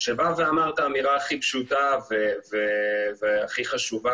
שבא ואמר את האמירה הכי פשוטה והכי חשובה,